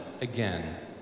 again